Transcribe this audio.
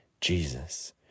Jesus